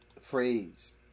phrase